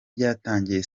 ryatangiye